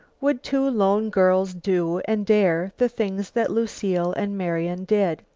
would two lone girls do and dare the things that lucile and marian did?